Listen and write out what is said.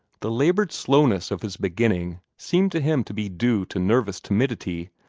the labored slowness of his beginning seemed to him to be due to nervous timidity,